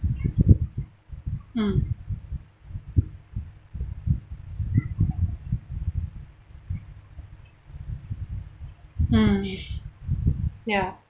mm mm ya